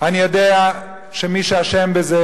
אני יודע שמי שאשם בזה,